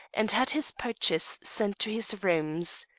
and had his purchase sent to his rooms.